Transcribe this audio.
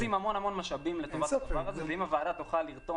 מוקצים המון-המון משאבים לטובת הדבר הזה ואם הוועדה תוכל לרתום